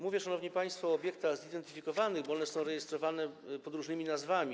Mówię, szanowni państwo, o obiektach zidentyfikowanych, bo one są rejestrowane pod różnymi nazwami.